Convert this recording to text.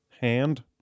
hand